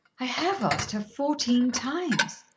i have asked her fourteen times,